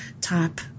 top